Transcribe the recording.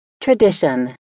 Tradition